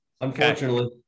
unfortunately